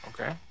okay